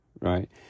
right